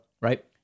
right